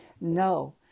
No